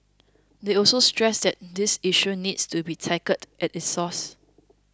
they also stressed that this issue needs to be tackled at its source